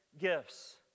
gifts